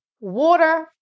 water